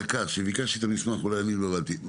לא הבנתי,